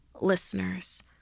listeners